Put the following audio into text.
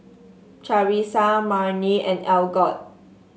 Charissa Marni and Algot